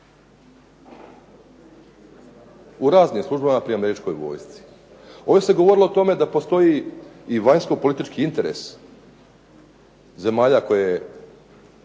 u raznim službama pri Američkoj vojsci. Ovdje se govorilo o tome da postoji i vanjsko politički interes zemalja koje